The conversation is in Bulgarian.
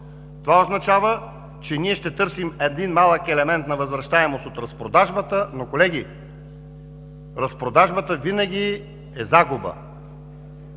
това означава, че ние ще търсим един малък елемент на възвращаемост от разпродажбата. Колеги, разпродажбата винаги е загуба.